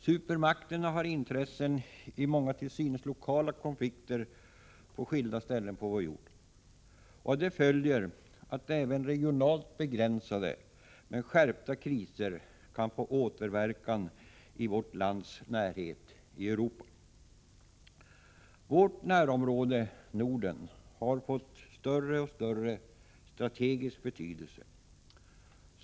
Supermakterna har intressen i många till synes lokala konflikter på skilda ställen på vår jord. Av detta följer att även regionalt begränsade men skärpta kriser kan få återverkan i vårt lands närhet, i Europa. Vårt närområde, Norden, har fått större och större strategisk betydelse.